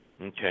okay